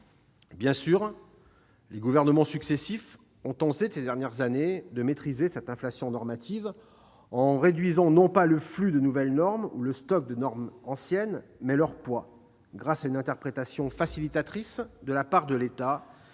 Bien entendu, les gouvernements successifs ont tenté ces dernières années de maîtriser cette inflation normative en réduisant non pas le flux de nouvelles normes ou le stock de normes anciennes, mais le poids des normes, grâce à une interprétation facilitatrice de la part de l'État